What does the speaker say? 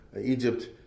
Egypt